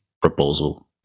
proposal